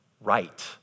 right